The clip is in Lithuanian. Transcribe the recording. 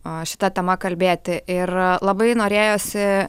a šita tema kalbėti ir labai norėjosi